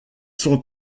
sont